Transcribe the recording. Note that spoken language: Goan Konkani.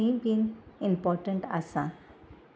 ही बीन इंपोर्टंट आसा